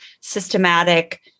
systematic